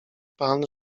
pan